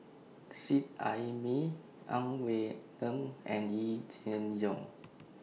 Seet Ai Mee Ang Wei Neng and Yee Jenn Jong